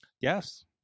Yes